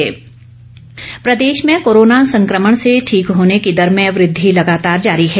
Himachal corona Pradesh में corona संक्रमण से ठीक होने की दर में वृद्धि लगातार जारी है